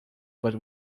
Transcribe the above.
but